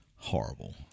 Horrible